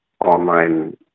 online